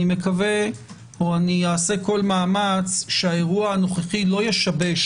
אני אעשה כל מאמץ שהאירוע הנוכחי לא ישבש